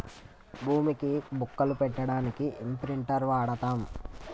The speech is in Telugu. భూమికి బొక్కలు పెట్టడానికి ఇంప్రింటర్ వాడతం